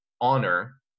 honor